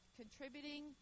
contributing